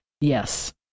Yes